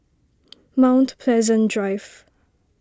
Mount Pleasant Drive